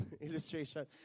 illustration